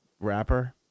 rapper